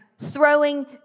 throwing